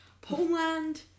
Poland